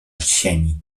sieni